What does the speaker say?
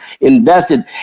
invested